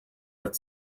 but